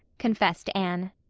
confessed anne.